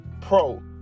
pro